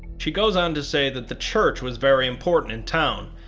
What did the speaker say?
she goes on to say that the church was very important in town,